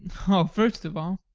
oh, first of all